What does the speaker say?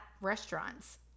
restaurants